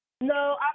No